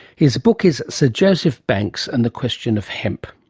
his book is sir joseph banks and the question of hemp.